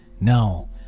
no